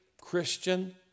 Christian